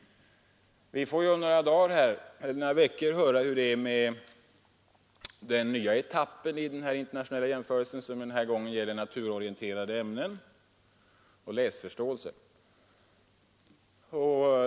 Vi får om några veckor höra hur det är med den nya etappen av den internationella jämförelsen, som den här gången gäller naturorienterade ämnen och läsförståelse.